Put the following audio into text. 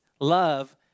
love